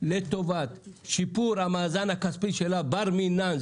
לטובת שיפור המאזן הכספי שלו בר מינן,